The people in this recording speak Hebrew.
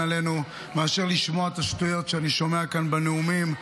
עלינו מאשר לשמוע את השטויות שאני שומע כאן בנאומים,